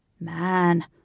Man